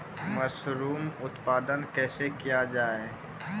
Mushroom उत्पादन कैसे किया जाय?